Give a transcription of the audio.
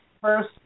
first